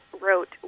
wrote